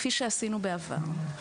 כפי שעשינו בעבר,